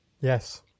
Yes